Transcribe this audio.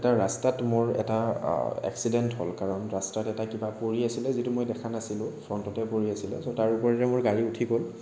এটা ৰাষ্টাত মোৰ এটা এক্সিডেণ্ট হ'ল কাৰণ ৰাস্তাত এটা কিবা পৰি আছিল যিটো মই দেখা নাছিলোঁ ফ্ৰণ্টতে পৰি আছিল চ' তাৰ ওপৰেৰে মোৰ গাড়ী উঠি গ'ল